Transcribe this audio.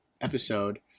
episode